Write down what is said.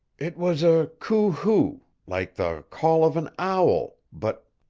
it was a coo-hoo like the call of an owl, but